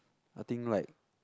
I think like